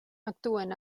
actuen